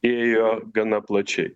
ėjo gana plačiai